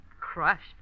Crushed